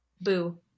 boo